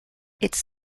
its